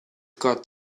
got